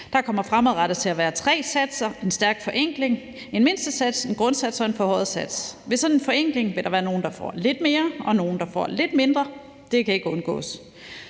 Der kommer fremadrettet til at være tre satser – en stærk forenkling – en mindstesats, en grundsats og en forhøjet sats. Ved sådan en forenkling vil der være nogle, der får lidt mere, og nogle, der får lidt mindre. Det kan ikke undgås.